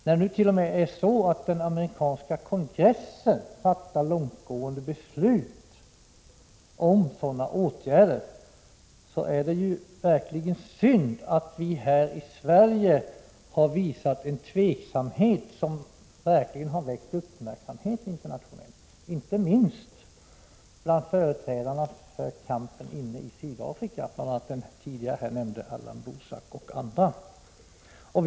När nu t.o.m. den amerikanska kongressen fattat långtgående beslut om sådana åtgärder är det verkligen synd att vi här i Sverige har visat en tveksamhet som verkligen har väckt uppmärksamhet internationellt, inte minst bland företrädarna för kampen inne i Sydafrika, bl.a. den tidigare här nämnde Allan Boesak.